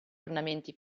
ornamenti